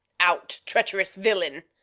out, treacherous villain!